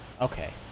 Okay